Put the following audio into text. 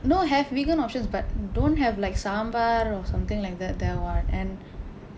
no have vegan options but don't have like sambal or something like that there [what]